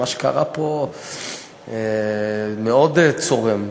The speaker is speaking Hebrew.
מה שקרה פה מאוד צורם,